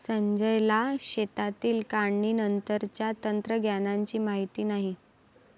संजयला शेतातील काढणीनंतरच्या तंत्रज्ञानाची माहिती नाही